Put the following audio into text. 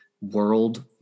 world